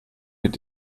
mit